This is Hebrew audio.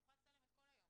שהיא יכולה לצלם את כל היום,